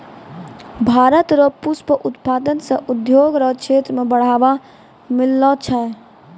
भारत रो पुष्प उत्पादन से उद्योग रो क्षेत्र मे बढ़ावा मिललो छै